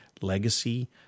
legacy